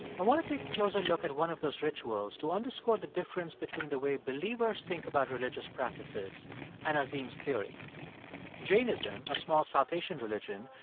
i want to take a closer look at one of those rituals to underscore the difference between the way believers think about religious practices and azim's theory jainism, a small south asian religion,